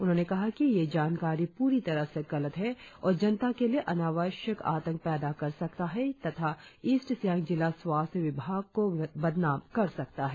उन्होंने कहा कि ये जानकारी पूरी तरह से गलत है और जनता के लिए अनावश्यक आतंक पैदा कर सकता है तथा ईस्ट सियांग जिला स्वास्थ्य विभाग को बदनाम कर सकता है